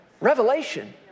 Revelation